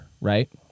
right